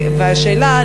והשאלה,